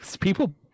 People